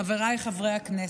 חבריי חברי הכנסת,